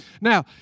Now